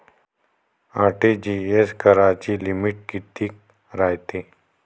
RTGS कराची limit कितीक रायते?